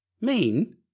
Mean